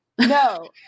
No